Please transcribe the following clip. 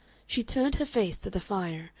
she turned her face to the fire,